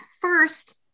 first